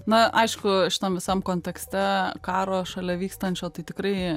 na aišku šitam visam kontekste karo šalia vykstančio tai tikrai